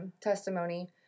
testimony